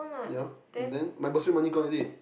ya and then my bursary money gone already